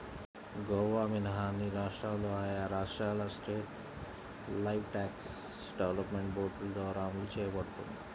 గోవా మినహా అన్ని రాష్ట్రాల్లో ఆయా రాష్ట్రాల స్టేట్ లైవ్స్టాక్ డెవలప్మెంట్ బోర్డుల ద్వారా అమలు చేయబడుతోంది